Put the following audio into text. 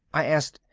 i asked,